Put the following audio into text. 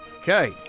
Okay